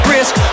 risk